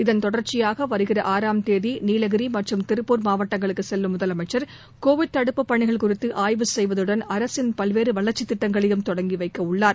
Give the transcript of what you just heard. இதன் தொடர்ச்சியாக வருகிற ஆறாம் தேதி நீலகிரி மற்றும் திருப்பூர் மாவட்டங்களுக்குச் செல்லும் முதலமைச்சர் கோவிட் தடுப்புப் பணிகள் குறித்து ஆய்வு செய்வதுடன் அரசின் பல்வேறு வளர்ச்சித் திட்டங்களையும் தொடங்கிவைக்க உள்ளார்